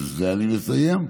ובזה אני מסיים.